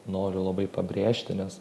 noriu labai pabrėžti nes